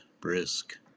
brisk